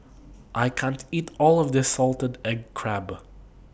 I can't eat All of This Salted Egg Crab